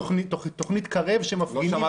תוכנית קרב שמפגינים,